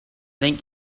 think